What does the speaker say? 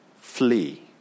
flee